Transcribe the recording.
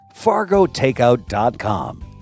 FargoTakeout.com